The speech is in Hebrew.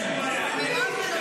איזה לינץ'?